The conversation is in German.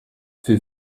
wir